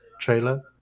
trailer